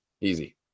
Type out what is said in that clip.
Easy